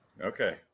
Okay